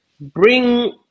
bring